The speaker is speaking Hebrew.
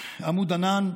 עמוד ענן,